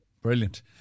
Brilliant